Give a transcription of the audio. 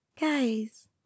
Guys